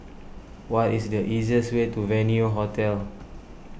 what is the easiest way to Venue Hotel